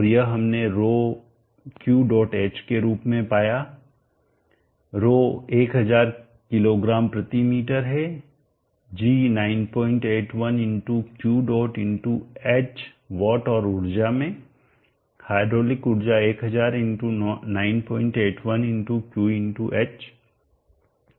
और यह हमने ρ Q डॉट h के रूप में पाया है ρ 1000 किग्रा मी है g 981 Q dot h watt और ऊर्जा में हाइड्रोलिक ऊर्जा 1000 × 981 × Q × h जूल में व्यक्त किया गया है